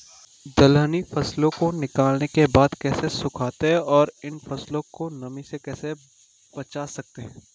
दलहनी फसलों को निकालने के बाद कैसे सुखाते हैं और इन फसलों को नमी से कैसे बचा सकते हैं?